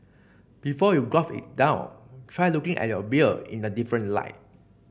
before you quaff it down try looking at your beer in a different light